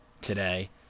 today